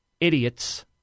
idiots